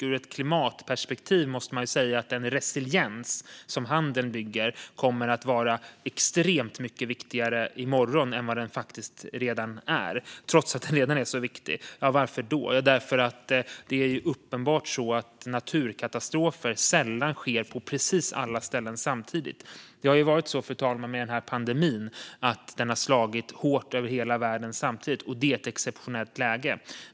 Ur ett klimatperspektiv kommer resiliens, som handeln bygger, att vara extremt mycket viktigare i morgon än den är i dag, trots att den redan är så viktig. Varför då? Jo, det är ju uppenbart att naturkatastrofer sällan sker på precis alla ställen samtidigt. Den här pandemin har ju slagit hårt över hela världen samtidigt, och det är ett exceptionellt läge.